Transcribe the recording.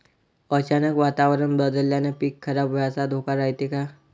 अचानक वातावरण बदलल्यानं पीक खराब व्हाचा धोका रायते का?